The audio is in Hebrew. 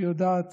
שיודעת